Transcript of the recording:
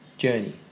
journey